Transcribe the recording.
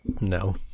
No